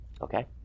Okay